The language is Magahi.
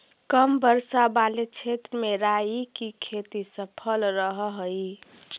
कम वर्षा वाले क्षेत्र में राई की खेती सफल रहअ हई